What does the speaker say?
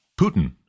Putin